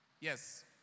Yes